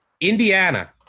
Indiana